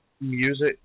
music